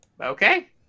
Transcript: Okay